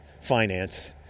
finance